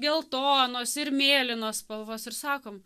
geltonos ir mėlynos spalvos ir sakom